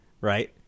Right